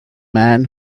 man